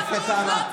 השר מלכיאלי,